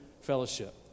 fellowship